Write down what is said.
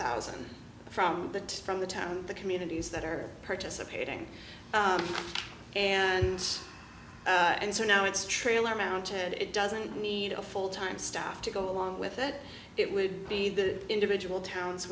thousand from the from the time the communities that are participating and and so now it's trailer mounted it doesn't need a full time staff to go along with it it would be the individual towns